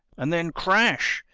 and then, crash!